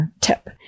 tip